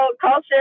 culture